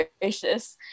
gracious